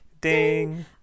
Ding